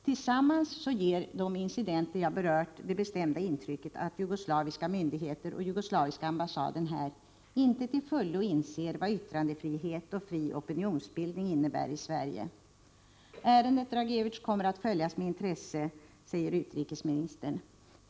Tillsammans ger de incidenter jag berört det bestämda intrycket att jugoslaviska myndigheter och den jugoslaviska ambassaden här inte till fullo inser vad yttrandefrihet och fri opinionsbildning innebär i Sverige. Ärendet Dragicevic kommer att följas med intresse, säger utrikesministern.